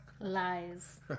Lies